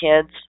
kids